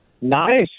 Nice